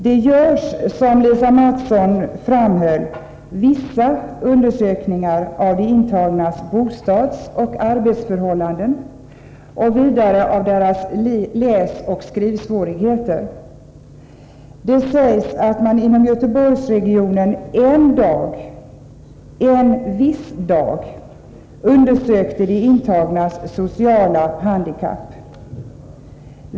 Det görs, som Lisa Mattson framhöll, vissa undersökningar av de intagnas bostadsoch arbetsförhållanden och vidare av deras läsoch skrivsvårigheter. Det sägs att man inom Göteborgsregionen en viss dag undersökte de intagnas sociala handikapp.